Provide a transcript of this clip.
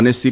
અને સી